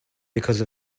because